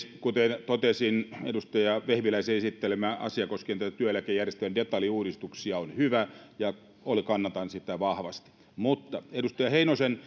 kuten totesin edustaja vehviläisen esittelemä asia koskien työeläkejärjestelmän detaljiuudistuksia on hyvä ja kannatan sitä vahvasti mutta edustaja heinosen